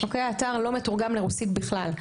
האתר לא מתורגם לרוסית בכלל.